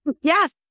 Yes